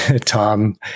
Tom